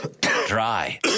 dry